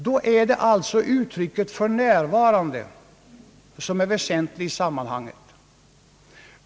Då är det alltså uttrycket »för närvarande» som är det väsentliga i sammanhanget.